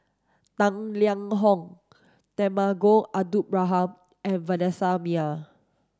Tang Liang Hong Temenggong Abdul Rahman and Vanessa Mae